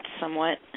somewhat